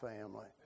family